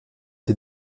sie